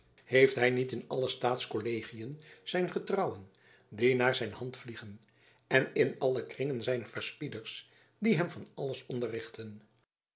heeft hy niet in alle staats kollegiën zijn getrouwen die naar zijn hand vliegen en in alle kringen zijn verspieders die hem van alles